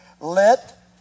Let